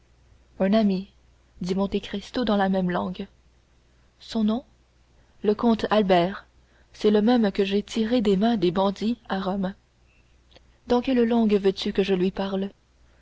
un ami dit monte cristo dans la même langue son nom le comte albert c'est le même que j'ai tiré des mains des bandits à rome dans quelle langue veux-tu que je lui parle